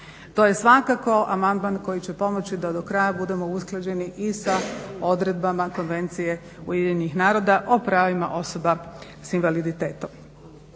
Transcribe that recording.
To je svakako amandman koji će pomoći da do kraja budemo usklađeni i sa odredbama Konvencije UN-a o pravima osoba s invaliditetom.